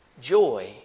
joy